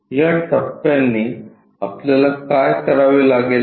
तर या टप्यांनी आपल्याला काय करावे लागेल